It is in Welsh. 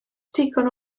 digon